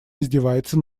издевается